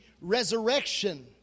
resurrection